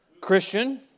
Christian